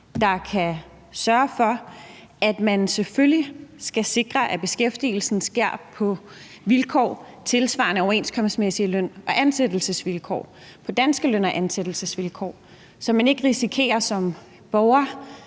der kan sørge for at sikre, at beskæftigelsen selvfølgelig sker på vilkår svarende til overenskomstmæssig løn og ansættelsesvilkår – på danske løn- og ansættelsesvilkår – så man ikke risikerer som borger